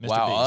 Wow